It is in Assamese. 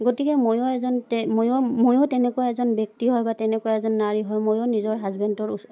গতিকে ময়ো এজন ময়ো ময়ো তেনেকুৱা এজন ব্যক্তি হয় বা তেনেকুৱা এজন নাৰী হয় ময়ো নিজৰ হাজবেণ্ডৰ